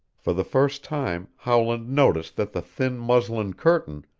for the first time howland noticed that the thin muslin curtain,